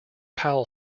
powell